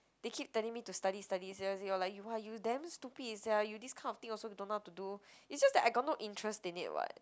they keep telling me to study study seriously or like !wah! you damn stupid sia you this kind of thing also don't know how to do it's just that I got no interest in it [what]